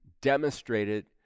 demonstrated